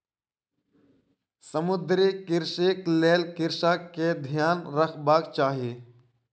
समुद्रीय कृषिक लेल कृषक के ध्यान रखबाक चाही